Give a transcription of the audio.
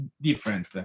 different